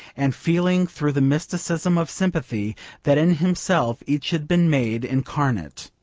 and, feeling through the mysticism of sympathy that in himself each had been made incarnate,